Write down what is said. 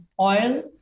oil